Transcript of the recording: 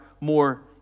more